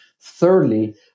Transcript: Thirdly